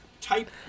Type